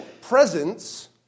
presence